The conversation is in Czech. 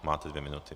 Máte dvě minuty.